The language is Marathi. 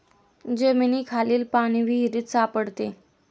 जमिनीखालील पाणी विहिरीत सापडते